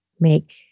make